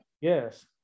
Yes